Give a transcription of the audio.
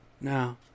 Now